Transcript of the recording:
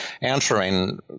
answering